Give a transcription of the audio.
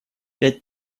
пять